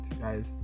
guys